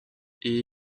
est